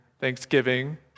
Thanksgiving